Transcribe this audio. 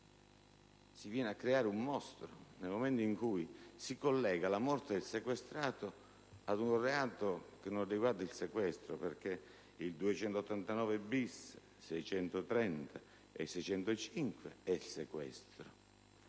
Si viene a creare un mostro, nel momento in cui si collega la morte del sequestrato a un reato che non riguarda il sequestro. Infatti, riguardano il sequestro